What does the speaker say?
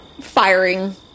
firing